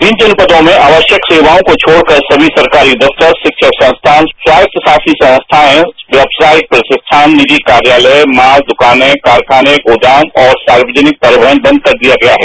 इन जनपदों में आवश्यक सेवाओं को छोड़कर सभी सरकारी दप्तर शिव्वण संस्थान स्वाय्तशासी संस्थाएं व्यवसायिक प्रशिक्षण निजी कार्यालय मॉल दुकाने कारखाने गोदाम और सार्वजनिक परिवहन बंद कर दिया गया है